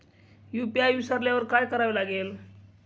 UPI विसरल्यावर काय करावे लागेल?